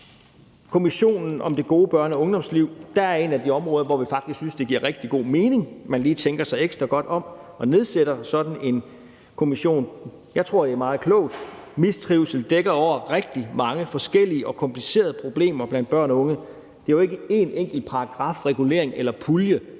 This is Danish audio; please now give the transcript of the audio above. kommissionen om det gode børne- og ungdomsliv. Det er et af de områder, hvor vi faktisk synes, det giver rigtig god mening, at man lige tænker sig ekstra godt om, ved at man nedsætter sådan en kommission. Jeg tror, det er meget klogt. Mistrivsel dækker over rigtig mange forskellige og komplicerede problemer blandt børn og unge. Det er jo ikke en enkelt paragraf, regulering eller pulje,